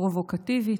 פרובוקטיבית,